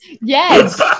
Yes